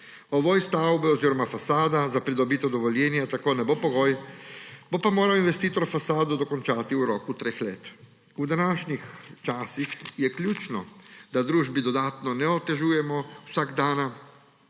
Ovoj stavbe oziroma fasada za pridobitev dovoljenja tako ne bo pogoj, bo pa moral investitor fasado dokončati v roku treh let. V današnjih časih je ključno, da družbi dodatno ne otežujemo vsakdana